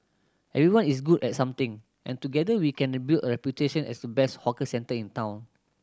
everyone is good at something and together we can build a reputation as the best hawker centre in town